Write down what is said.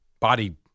body